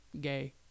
gay